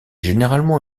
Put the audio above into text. généralement